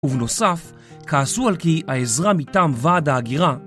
ובנוסף, כעסו על כי העזרה מטעם ועד ההגירה.